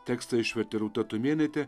tekstą išvertė rūta tumėnaitė